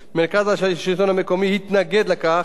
והצדדים לא הצליחו להגיע להסכמות בנושא.